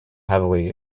heavily